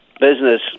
business